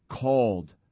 called